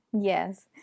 Yes